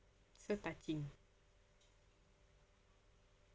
so touching